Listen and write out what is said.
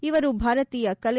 ಇವರು ಭಾರತೀಯ ಕಲೆ